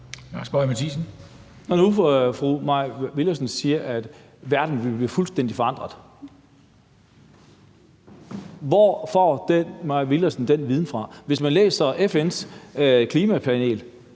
Når nu fru Mai Villadsen siger, at verden vil blive fuldstændig forandret, hvorfra får fru Mai Villadsen den viden? Hvis man læser, hvad FN's klimapanel